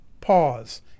pause